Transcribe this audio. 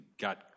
got